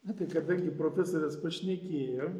na tai kadangi profesorės pašnekėjo